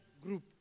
group